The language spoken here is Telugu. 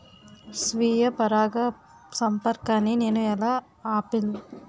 స్వీయ పరాగసంపర్కాన్ని నేను ఎలా ఆపిల్?